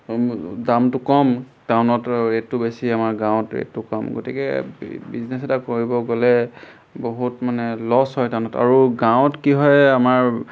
দামটো কম টাউনত ৰেটটো বেছি আমাৰ গাঁৱত ৰেটটো কম গতিকে বিজনেছ এটা কৰিব গ'লে বহুত মানে লছ হয় টাউনত আৰু গাঁৱত কি হয় আমাৰ